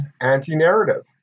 anti-narrative